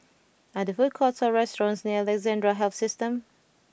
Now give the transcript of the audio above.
are there food courts or restaurants near Alexandra Health System